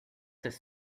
this